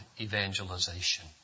evangelization